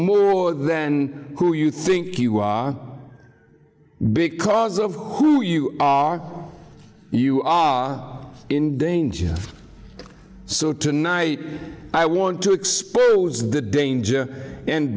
more than who you think you are because of who you are you are in danger so tonight i want to expose the danger and